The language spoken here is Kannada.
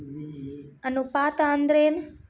ಅನುಪಾತ ಅಂದ್ರ ಏನ್?